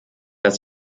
dass